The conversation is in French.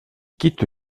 quitte